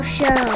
Show